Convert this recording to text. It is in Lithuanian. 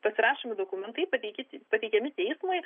pasirašomi dokumentai pateiki pateikiami teismui